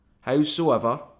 Howsoever